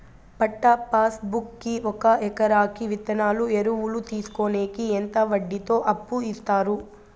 పట్టా passbook కి ఒక ఎకరాకి విత్తనాలు, ఎరువులు తీసుకొనేకి ఎంత వడ్డీతో అప్పు ఇస్తారు?